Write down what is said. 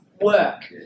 work